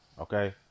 Okay